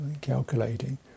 calculating